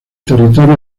territorio